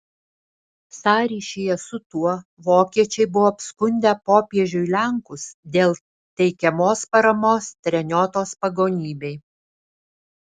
sąryšyje su tuo vokiečiai buvo apskundę popiežiui lenkus dėl teikiamos paramos treniotos pagonybei